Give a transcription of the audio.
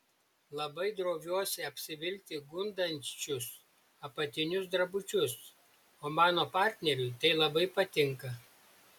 labai droviuosi apsivilkti gundančius apatinius drabužius o mano partneriui tai labai patinka